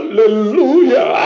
Hallelujah